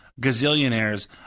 gazillionaires